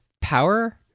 power